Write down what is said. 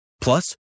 Plus